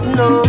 no